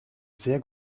sehr